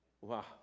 Wow